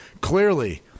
clearly